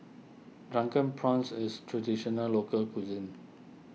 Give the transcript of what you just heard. Drunken Prawns is Traditional Local Cuisine